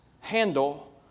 handle